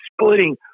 splitting